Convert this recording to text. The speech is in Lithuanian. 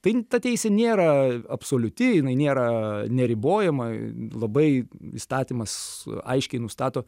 tain ta teisė nėra absoliuti jinai nėra neribojama labai įstatymas aiškiai nustato